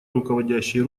руководящей